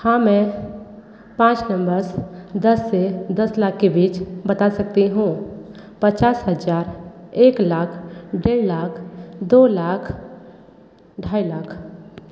हाँ मैं पाँच नंबर्स दस से दस लाख के बीच बता सकती हूँ पचास हज़ार एक लाख डेढ़ लाख दो लाख ढाई लाख